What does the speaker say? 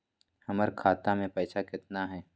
हमर खाता मे पैसा केतना है?